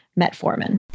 metformin